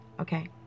Okay